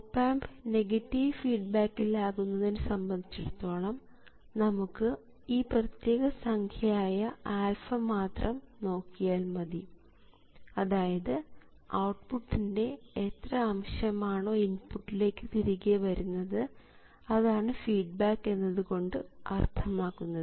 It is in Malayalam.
ഓപ് ആമ്പ് നെഗറ്റീവ് ഫീഡ്ബാക്കിൽ ആകുന്നതിനെ സംബന്ധിച്ചിടത്തോളം നമുക്ക് ഈ പ്രത്യേക സംഖ്യ ആയ α മാത്രം നോക്കിയാൽ മതി അതായത് ഔട്ട്പുട്ടിൻറെ എത്ര അംശം ആണോ ഇൻപുട്ടിലേക്ക് തിരികെ വരുന്നത് അതാണ് ഫീഡ്ബാക്ക് എന്നത് കൊണ്ട് അർത്ഥമാക്കുന്നത്